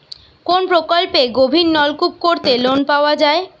কোন প্রকল্পে গভির নলকুপ করতে লোন পাওয়া য়ায়?